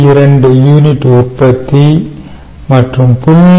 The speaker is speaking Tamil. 2 யூனிட் உற்பத்தி மற்றும் 0